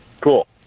Cool